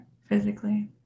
physically